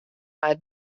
mar